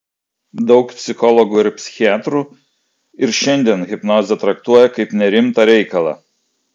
daug psichologų ir psichiatrų ir šiandien hipnozę traktuoja kaip nerimtą reikalą